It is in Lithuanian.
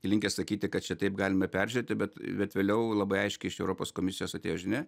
linkęs sakyti kad čia taip galime peržiūrėti bet bet vėliau labai aiškiai iš europos komisijos atėjo žinia